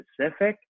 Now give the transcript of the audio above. specific